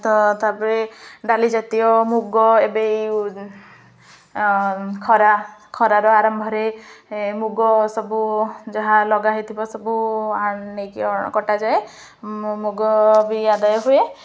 ତ ତା'ପରେ ଡାଲି ଜାତୀୟ ମୁଗ ଏବେ ଖରା ଖରାର ଆରମ୍ଭରେ ମୁଗ ସବୁ ଯାହା ଲଗା ହେଇଥିବ ସବୁ ନେଇକି କଟାଯାଏ ମୁଗ ବି ଆଦାୟ ହୁଏ